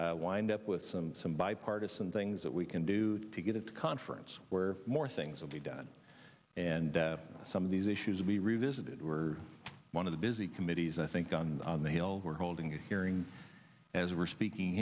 is wind up with some some bipartisan things that we can do to get at the conference where more things will be done and some of these issues will be revisited were one of the busy committees i think on on the hill were holding hearings as we're speaking